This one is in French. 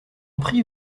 prie